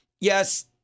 yes